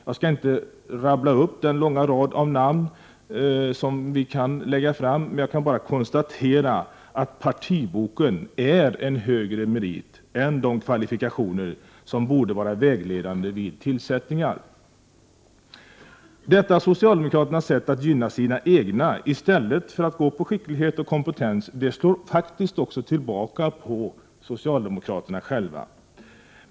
Jag skall inte rabbla upp den långa rad av namn som vi kan lägga fram, utan jag vill bara konstatera att partiboken är en högre merit än de kvalifikationer som borde vara vägledande vid tillsättningar. Detta socialdemokraternas sätt att gynna sina egna i stället för att gå på skicklighet och kompetens slår också tillbaka på dem själva.